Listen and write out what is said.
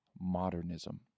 modernism